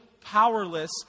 powerless